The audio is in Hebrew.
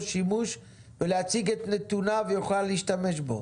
שימוש ולהציג את נתוניו יוכל להשתמש בו.